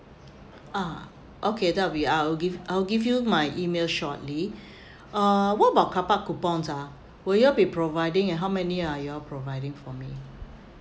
ah okay that would be I'll give I'll give you my email shortly uh what about car park coupons ah will you all be providing and how many are you all providing for me